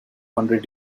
hundred